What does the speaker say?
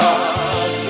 God